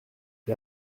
qui